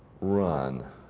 Run